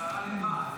השרה למה?